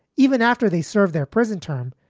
even after they serve their prison term,